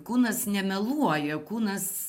kūnas nemeluoja kūnas